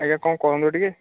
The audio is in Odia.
ଆଜ୍ଞା କମ୍ କରନ୍ତୁ ଟିକିଏ